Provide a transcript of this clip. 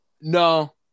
no